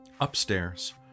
upstairs